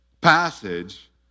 passage